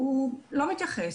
הוא לא מתייחס,